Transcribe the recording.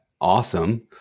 awesome